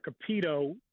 Capito